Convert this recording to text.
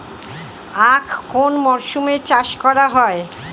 আখ কোন মরশুমে চাষ করা হয়?